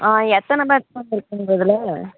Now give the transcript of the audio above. ஆ எத்தனை batch ma'am இருக்குது உங்கள் இதில்